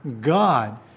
God